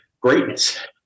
greatness